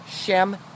Shem